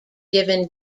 given